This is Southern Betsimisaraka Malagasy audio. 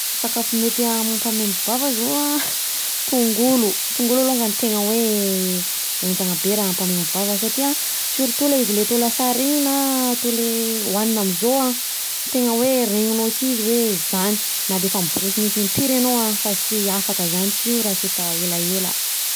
Ny sakafo mety mampamaimbo vava zao an, tongolo, tongolo alonga tegna hoe enjana be raha hampamaimbo vava satria an, surtout le izy ilay atao lasary regny na atao ilay hoanina am'zao an, tegna hoe regninao si izy hoe zany, na de efa miborosy nify impiry anô an, fa sy afaka zany si io raha sy efa elaela.